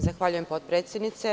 Zahvaljujem potpredsednice.